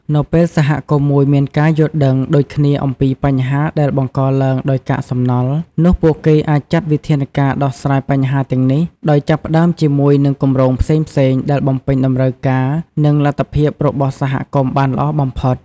នៅពេលសហគមន៍មួយមានការយល់ដឹងដូចគ្នាអំពីបញ្ហាដែលបង្កឡើងដោយកាកសំណល់ នោះពួកគេអាចចាត់វិធានការដោះស្រាយបញ្ហាទាំងនេះ ដោយចាប់ផ្តើមជាមួយនឹងគម្រោងផ្សេងៗដែលបំពេញតម្រូវការនិងលទ្ធភាពរបស់សហគមន៍បានល្អបំផុត។